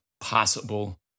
possible